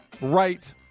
right